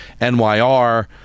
NYR